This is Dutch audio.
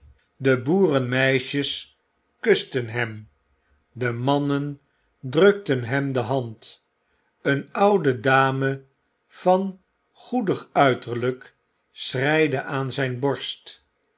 de boetenmeisjeskusten hem de mannen drukten hem de hand een oude dame van goedig uiteriyk schreide aan zn borst